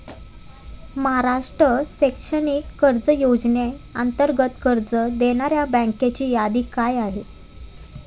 महाराष्ट्र शैक्षणिक कर्ज योजनेअंतर्गत कर्ज देणाऱ्या बँकांची यादी काय आहे?